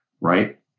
right